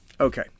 Okay